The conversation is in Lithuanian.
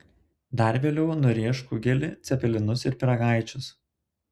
dar vėliau nurėš kugelį cepelinus ir pyragaičius